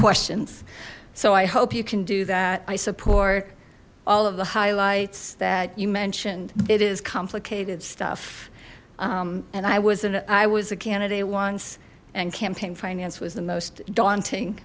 questions so i hope you can do that i support all of the highlights that you mentioned it is complicated stuff and i was an i was a candidate once and campaign finance was the most daunting